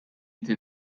inti